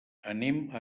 anem